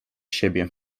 siebie